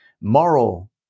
moral